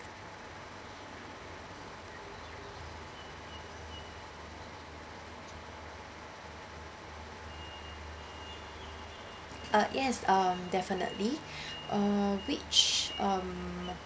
uh yes um definitely uh which um